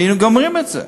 היינו גומרים את זה.